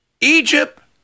Egypt